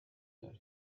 کرد